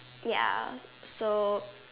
ya so